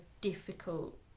difficult